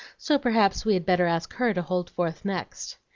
so perhaps we had better ask her to hold forth next.